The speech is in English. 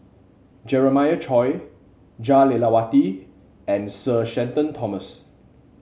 Jeremiah Choy Jah Lelawati and Sir Shenton Thomas